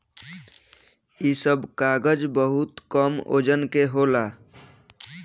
इ सब कागज बहुत कम वजन के होला